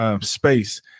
space